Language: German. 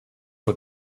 vor